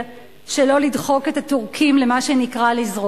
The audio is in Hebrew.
אני אבקש חינוך, אוקיי.